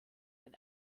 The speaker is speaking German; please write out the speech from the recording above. den